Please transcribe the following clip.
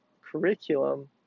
curriculum